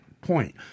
point